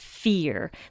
fear